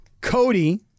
Cody